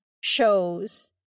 shows